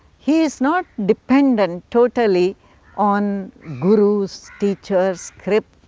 he is not dependent totally on gurus, teachers, scriptures,